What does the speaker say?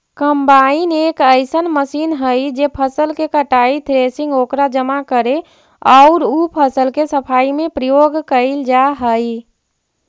combine एक अइसन machine हई जे फसल के कटाई, थ्रेसिंग, ओकरा जमा करे औउर उ फसल के सफाई में प्रयोग कईल जा हई